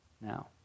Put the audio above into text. now